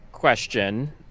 Question